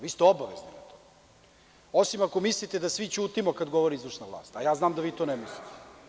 Vi ste obavezni, osim ako mislite da svi ćutimo kad govori izvršna vlast, a ja znam da vi to ne mislite.